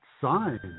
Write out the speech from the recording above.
sign